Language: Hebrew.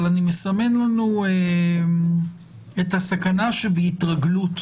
אבל אני מסמן לנו את הסכנה שבהתרגלות